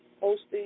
hosting